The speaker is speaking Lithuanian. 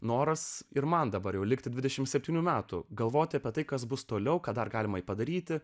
noras ir man dabar jau likti dvidešimt septynių metų galvoti apie tai kas bus toliau ką dar galima padaryti